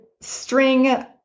string